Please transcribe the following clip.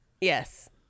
Yes